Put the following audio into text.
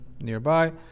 nearby